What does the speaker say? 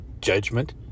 judgment